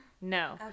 No